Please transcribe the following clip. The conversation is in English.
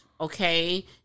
Okay